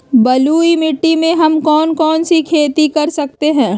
बलुई मिट्टी में हम कौन कौन सी खेती कर सकते हैँ?